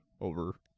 over